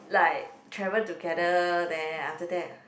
like travel together then after that